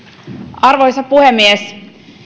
arvoisa puhemies